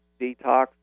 detox